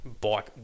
bike